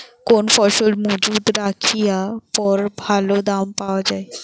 কোন ফসল মুজুত রাখিয়া পরে ভালো দাম পাওয়া যায়?